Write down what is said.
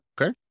okay